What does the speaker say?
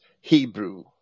Hebrew